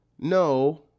No